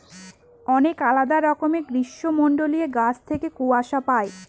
অনেক আলাদা রকমের গ্রীষ্মমন্ডলীয় গাছ থেকে কূয়া পাই